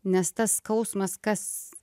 nes tas skausmas kas